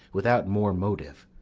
without more motive,